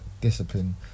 Discipline